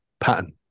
pattern